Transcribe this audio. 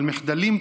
על מחדלים,